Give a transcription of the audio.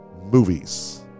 movies